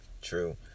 true